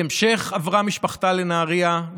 בהמשך עברה משפחתה לנהריה,